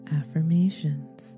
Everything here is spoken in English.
affirmations